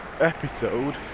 episode